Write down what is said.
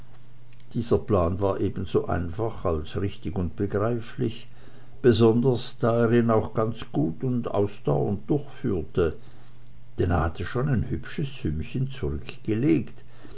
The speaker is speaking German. dieser plan war ebenso einfach als richtig und begreiflich besonders da er ihn auch ganz gut und ausdauernd durchführte denn er hatte schon ein hübsches sümmchen zurückgelegt